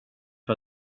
för